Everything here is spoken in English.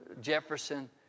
Jefferson